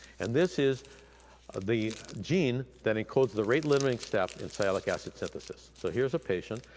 and this is the gene that encodes the rate-limiting step in sialic acid synthesis. so here's a patient,